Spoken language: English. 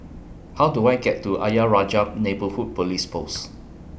How Do I get to Ayer Rajah Neighbourhood Police Post